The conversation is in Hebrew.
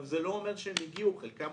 זה לא אומר שהם הגיעו, חלקם